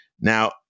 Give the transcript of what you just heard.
Now